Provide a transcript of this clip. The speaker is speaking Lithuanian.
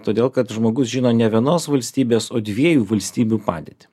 todėl kad žmogus žino ne vienos valstybės o dviejų valstybių padėtį